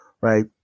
right